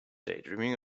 daydreaming